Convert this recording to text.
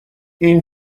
این